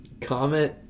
comment